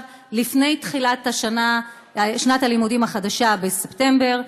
לפני תחילת שנת הלימודים החדשה בספטמבר.